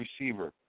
receiver